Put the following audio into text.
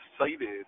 excited